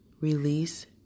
Release